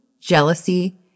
jealousy